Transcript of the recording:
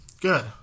Good